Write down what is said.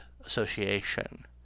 association